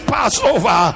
Passover